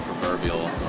proverbial